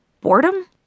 Boredom